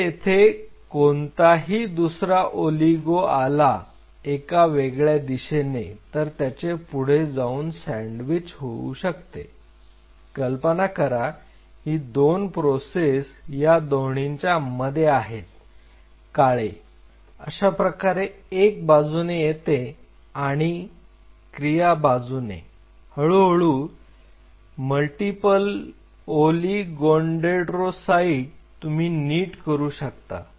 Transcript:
जर येथे कोणताही दुसरा ओलिगो आला एका वेगळ्या दिशेने तर त्याचे पुढे जाऊन सॅंडविच होऊ शकते कल्पना करा ही दोन प्रोसेस या दोन्हींच्या मध्ये आहेत काळे अशाप्रकारे एक बाजूने येते आणि किया बाजूने हळूहळू मल्टिपल ओलीगोडेंडरोसाईट तुम्ही नीट करू शकता